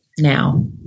Now